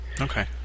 Okay